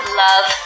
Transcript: love